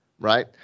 right